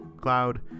cloud